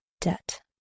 debt